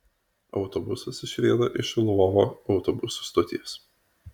autobusas išrieda iš lvovo autobusų stoties